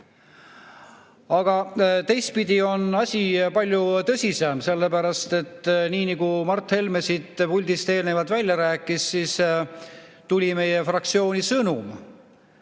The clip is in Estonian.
Aga teistpidi on asi palju tõsisem, sellepärast et nii nagu Mart Helme siin puldis eelnevalt rääkis, tuli meie fraktsiooni sõnum.